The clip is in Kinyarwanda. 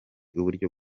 uburyo